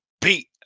beat